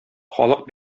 халык